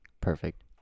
Perfect